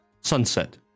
sunset